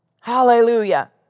Hallelujah